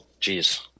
Jeez